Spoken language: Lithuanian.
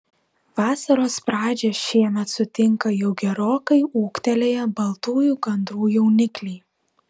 vasaros pradžią šiemet sutinka jau gerokai ūgtelėję baltųjų gandrų jaunikliai